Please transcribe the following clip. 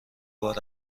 بار